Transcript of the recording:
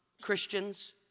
Christians